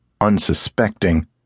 unsuspecting